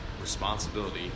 responsibility